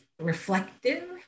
reflective